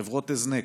חברות הזנק,